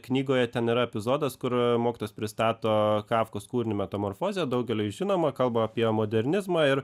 knygoje ten yra epizodas kur mokytojas pristato kafkos kūrinį metamorfozė daugeliui žinoma kalba apie modernizmą ir